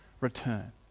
return